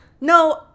No